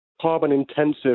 Carbon-intensive